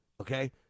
Okay